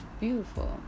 beautiful